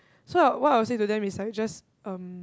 so I what I would say to them is just um